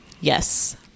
Yes